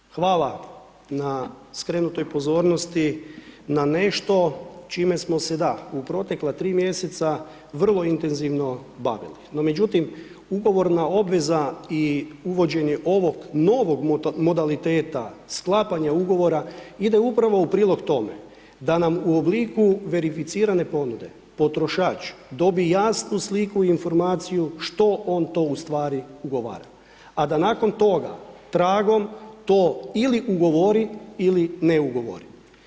Dakle, hvala na skrenutoj pozornosti, na nešto čime smo se da, u protekla 3 mj. vrlo intenzivno bavili, no međutim, ugovorna obveza i uvođenje ovog novog modaliteta, sklapanje ugovora, ide upravo u prilog tome, da nam u obliku verificirane pobjede, potrošač, dobi jasnu sliku i informaciju što on ustvari ugovara, a da nakon toga, tragom to ili ugovori ili ne ugovori.